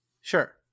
Sure